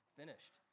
finished